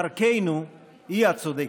דרכנו היא הצודקת.